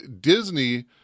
Disney